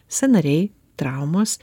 sąnariai traumos